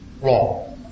wrong